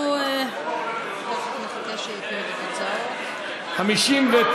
(111) של קבוצת סיעת מרצ לסעיף 85 לא נתקבלה.